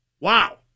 Wow